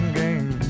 game